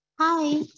Hi